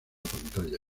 pantalla